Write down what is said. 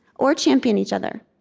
or champion each other.